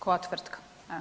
Koja tvrtka?